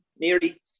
nearly